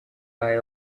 eye